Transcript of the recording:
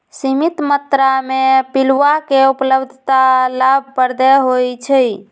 सीमित मत्रा में पिलुआ के उपलब्धता लाभप्रद होइ छइ